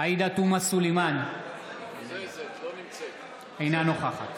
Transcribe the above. עאידה תומא סלימאן, אינה נוכחת